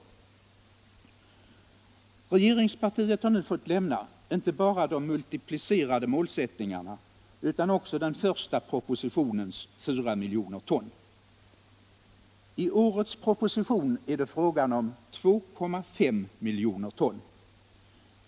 Regeringspartiet har nu fått lämna inte bara de multiplicerade målsättningarna utan också den första propositionens 4 miljoner ton. I årets proposition är det fråga om 2,5 miljoner ton.